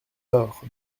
laure